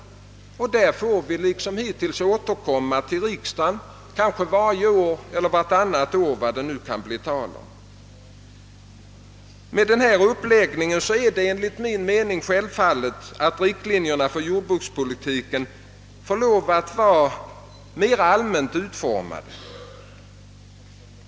I sådana detaljfrågor får vi liksom hittills återkomma till riksdagen en gång per år eller vartannat år. Med denna uppläggning anser jag det självklart att riktlinjerna för jordbrukspolitiken måste vara allmänt utformade.